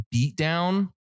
beatdown